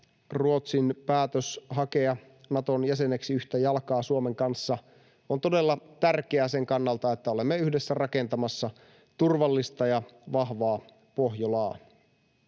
Ruotsin päätös hakea Naton jäseneksi yhtä jalkaa Suomen kanssa on todella tärkeä sen kannalta, että olemme yhdessä rakentamassa turvallista ja vahvaa Pohjolaa.